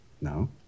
No